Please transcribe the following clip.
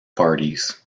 parties